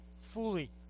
fully